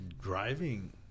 driving